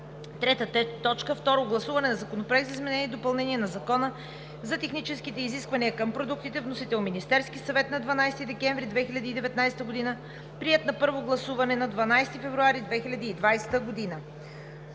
2020 г. 2. Второ гласуване на Законопроекта за изменение и допълнение на Закона за техническите изисквания към продуктите. Вносител – Министерският съвет на 10 декември 2019 г. Приет на първо гласуване на 12 февруари 2020 г.